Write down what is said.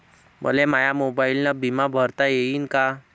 मले माया मोबाईलनं बिमा भरता येईन का?